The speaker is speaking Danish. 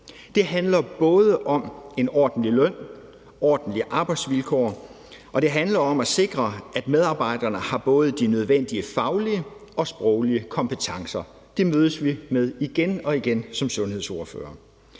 Det handler både om en ordentlig løn, ordentlige arbejdsvilkår, og det handler om at sikre, at medarbejderne har både de nødvendige faglige og sproglige kompetencer. Det mødes vi med igen og igen som sundhedsordførere.